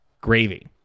Gravy